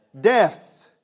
death